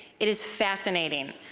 it is fascinating.